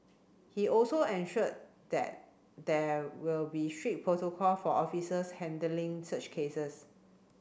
he also ensured that there will be strict protocol for officers handling such cases